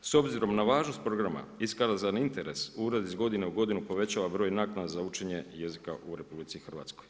S obzirom na važnost programa iskazan interes, ured iz godine u godinu povećava broj naknada za učenje jezika u RH.